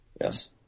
Yes